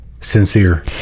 sincere